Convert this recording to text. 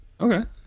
Okay